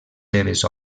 seves